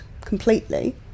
completely